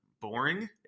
boring